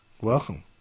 Welcome